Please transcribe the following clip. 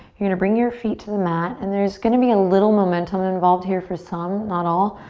you're gonna bring your feet to the mat and there's gonna be a little momentum involved here for some, not all,